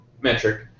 metric